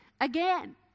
again